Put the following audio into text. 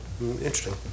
interesting